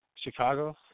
Chicago